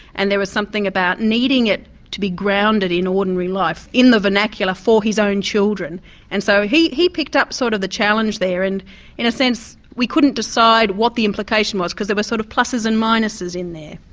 and there was something about needing it to be grounded in ordinary life, in the vernacular for his own children and so he he picked up sort of a challenge there and in a sense we couldn't decide what the implication was because there were sort of plusses and minuses in there.